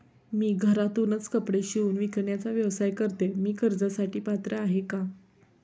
मी घरातूनच कपडे शिवून विकण्याचा व्यवसाय करते, मी कर्जासाठी पात्र आहे का?